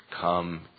come